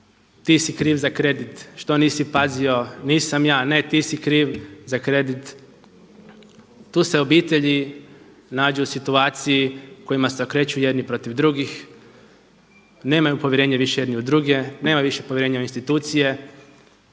ti si kriv za kredit, što nisi pazio, nisam ja, ne ti si kriv za kredit. Tu se obitelji nađu u situaciju u kojoj se okreću jedni protiv drugih, nemaju povjerenje više jedni u druge, nema više povjerenja u institucije,